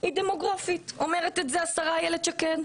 היא דמוגרפית, ואת זה אומרת השרה אילת שקד.